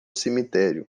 cemitério